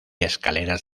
escaleras